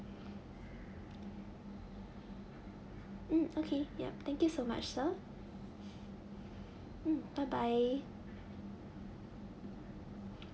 mm okay yup thank you so much sir mm bye bye